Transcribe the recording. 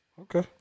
Okay